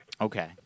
Okay